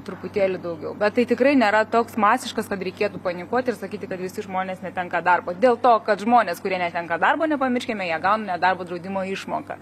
truputėlį daugiau bet tai tikrai nėra toks masiškas kad reikėtų panikuoti ir sakyti kad visi žmonės netenka darbo dėl to kad žmonės kurie netenka darbo nepamirškime jie gauna nedarbo draudimo išmoką